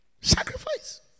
Sacrifice